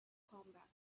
combat